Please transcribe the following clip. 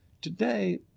Today